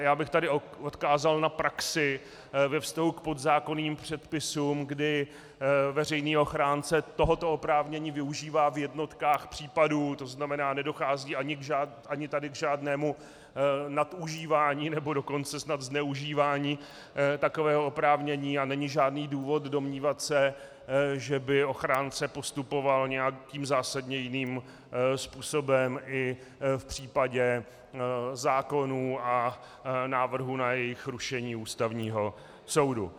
Já bych tady odkázal na praxi ve vztahu k podzákonným předpisům, kdy veřejný ochránce tohoto oprávnění využívá v jednotkách případů, to znamená, nedochází ani tady k žádnému nadužívání, nebo dokonce snad zneužívání takového oprávnění a není žádný důvod se domnívat, že by ochránce postupoval nějakým zásadně jiným způsobem i v případě zákonů a návrhů na jejich rušení u Ústavního soudu.